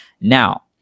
Now